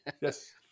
yes